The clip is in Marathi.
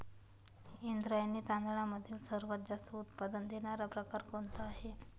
इंद्रायणी तांदळामधील सर्वात जास्त उत्पादन देणारा प्रकार कोणता आहे?